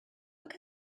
look